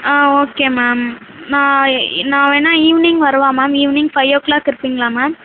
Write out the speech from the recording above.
ஆ okay ma'am நான் எ நான் வேணால் ஈவினிங் வரவா ma'am evening five o'clock இருப்பீங்களா மேம்